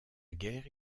guerre